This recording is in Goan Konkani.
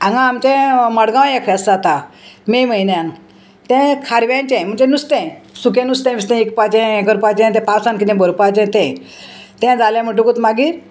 हांगा आमचें मडगांव एक फेस्त जाता मे म्हयन्यान तें खारव्यांचें म्हणजे नुस्तें सुकें नुस्तें नुस्तें इकपाचें हें करपाचें तें पावसान कितें भरपाचें तें तें जालें म्हणटकूत मागीर